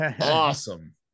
awesome